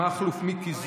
מכלוף מיקי זוהר,